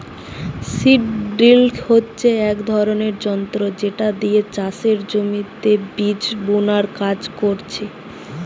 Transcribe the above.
seed drill হচ্ছে এক ধরণের যন্ত্র যেটা দিয়ে চাষের জমিতে বীজ বুনার কাজ করছে